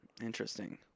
Interesting